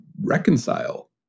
reconcile